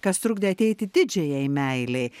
kas trukdė ateiti didžiajai meilei